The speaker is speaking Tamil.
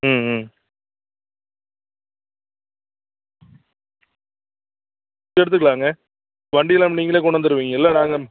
ம் ம் எடுத்துக்கலாங்க வண்டியெலாம் நீங்களே கொண்டந்துடுவீங்கள்ல நாங்கள்